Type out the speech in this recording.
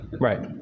Right